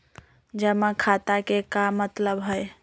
जमा खाता के का मतलब हई?